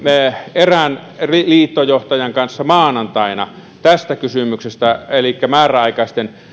erään liittojohtajan kanssa maanantaina tästä kysymyksestä elikkä määräaikaisten